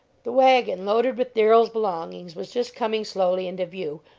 the wagon loaded with darrell's belongings was just coming slowly into view,